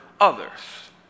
others